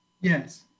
Yes